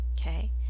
okay